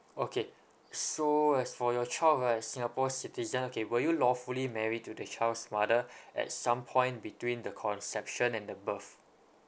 okay so as for your child right a singapore citizen okay were you lawfully married to the child's mother at some point between the conception and the birth